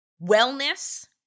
wellness